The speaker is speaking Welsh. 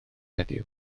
heddiw